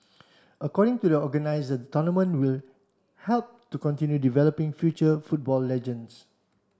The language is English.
according to the organisers the tournament will help to continue developing future football legends